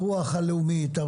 הרוח הלאומית,